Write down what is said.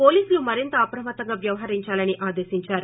పోలీసులు మరింత అప్రమత్తంగా వ్యవహరించాలని ఆదేశించారు